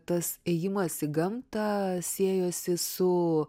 tas ėjimas į gamtą siejosi su